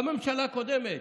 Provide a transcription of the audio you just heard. גם הממשלה הקודמת